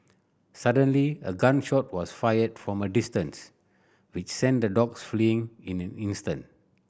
suddenly a gun shot was fired from a distance which sent the dogs fleeing in an